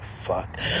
Fuck